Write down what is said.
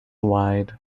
wide